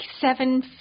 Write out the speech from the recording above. seven